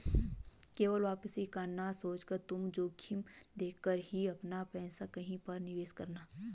केवल वापसी का ना सोचकर तुम जोखिम देख कर ही अपना पैसा कहीं पर निवेश करना